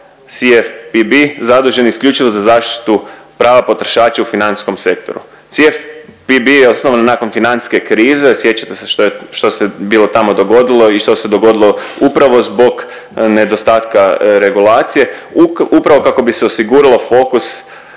CFPB, zadužen isključivo za zaštitu prava potrošača u financijskom sektoru. CDPB je osnovan nakon financijske krize, sjećate se što je, što se bilo tamo dogodilo i što se dogodilo upravo zbog nedostatka regulacije, upravo kako bi se osiguralo fokus,